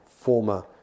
former